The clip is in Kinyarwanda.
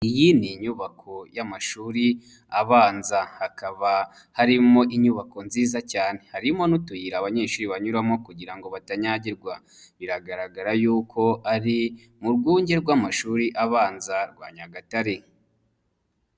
Iyi ni inyubako y'amashuri abanza hakaba harimo inyubako nziza cyane, harimo n'utuyira abanyeshuri banyuramo kugira ngo batanyagirwa, biragaragara y'uko ari mu rwunge rw'amashuri abanza rwa Nyagatare.